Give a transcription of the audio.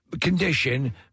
condition